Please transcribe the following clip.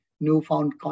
newfound